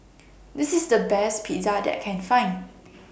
This IS The Best Pizza that I Can Find